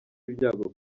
ibyago